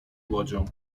łodzią